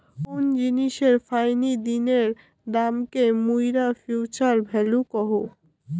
কোন জিনিসের ফাইনি দিনের দামকে মুইরা ফিউচার ভ্যালু কহু